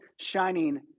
shining